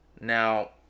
Now